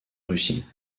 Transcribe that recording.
russie